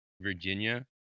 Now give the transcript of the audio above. Virginia